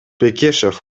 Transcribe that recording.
бекешев